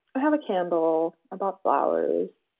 i have a cambell about flowers.